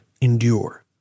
endure